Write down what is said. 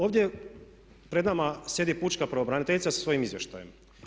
Ovdje pred nama sjedi pučka pravobraniteljica sa svojim izvještajem.